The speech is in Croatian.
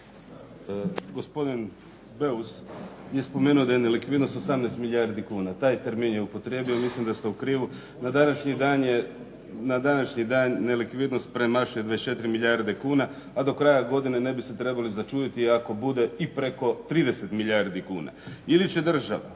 Gospodin Beus je spomenuo da je nelikvidnost 18 milijardi kuna, taj termin je upotrijebio, mislim da ste u krivu. Na današnji dan nelikvidnost premašuje 24 milijarde kuna, a do kraja godine ne bi se trebali začuditi ako bude i preko 30 milijardi kuna. Ili će država